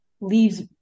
leaves